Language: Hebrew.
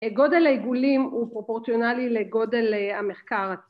גודל העיגולים הוא פרופורציונלי לגודל המחקר